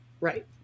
Right